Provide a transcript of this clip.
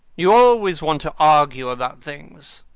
you always want to argue about things.